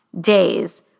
days